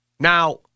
Now